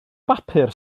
bapur